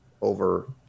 over